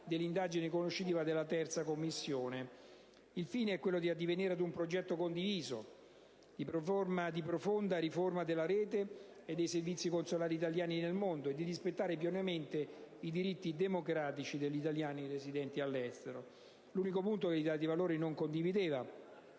dell'indagine conoscitiva della 3a Commissione. Il fine è quello di addivenire ad un progetto condiviso di profonda riforma della rete e dei servizi consolari italiani nel mondo e di rispettare pienamente i diritti democratici degli italiani residenti all'estero. L'unico punto che l'Italia dei Valori non condivideva,